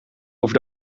over